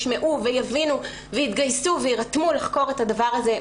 ישמעו ויבינו ויתגייסו ויירתמו לחקור את הדבר הזה.